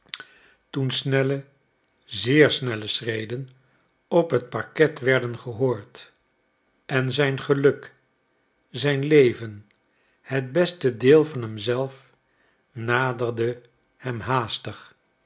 toen snelle zeer snelle schreden op het parket werden gehoord en zijn geluk zijn leven het beste deel van hem zelf naderde hem haastig